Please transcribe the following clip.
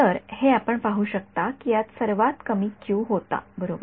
तर हे आपण पाहू शकता की यात सर्वात कमी क्यू होता बरोबर